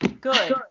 good